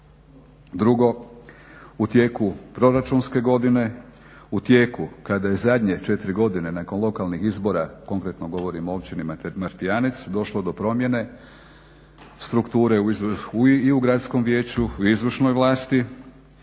Drugo u tijeku proračunske godine, u tijeku kada je zadnje četiri godine nakon lokalnih izbora konkretno govorim o općini Martijanec došlo do promjene strukture i u gradskom vijeću u izvršnoj vlasti